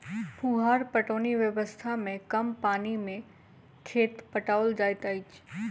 फुहार पटौनी व्यवस्था मे कम पानि मे खेत पटाओल जाइत अछि